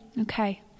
okay